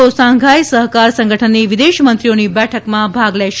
ઓ Shanghai સહકાર સંગઠનની વિદેશ મંત્રીઓની બેઠકમાં ભાગ લેશે